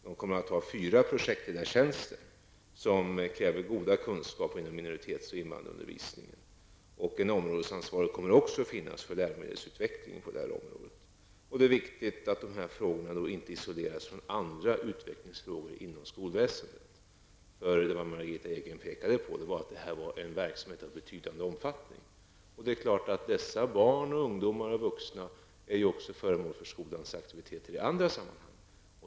Det kommer att finnas fyra projektledartjänster som kräver god kunskap inom minoritets och invandrarundervisningen. Det kommer även att finnas en områdesansvarig för läromedelsutvecklingen på det här området. Det är viktigt att dessa frågor inte isoleras från andra utvecklingsfrågor inom skolväsendet. Margitta Edgren pekade på att detta var en verksamhet av betydande omfattning. Det är klart att dessa barn, ungdomar och vuxna är ju också föremål för skolans aktiviteter i andra sammanhang.